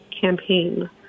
campaign